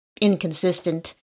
inconsistent